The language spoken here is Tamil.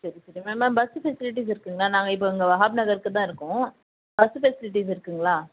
சரி சரி மேம் பஸ் ஃபெசிலிட்டி இருக்குங்களா நாங்கள் இப்போ வஹாப் நகர்கிட்ட தான் இருக்கோம் பஸ் ஃபெசிலிட்டி இருக்குங்களா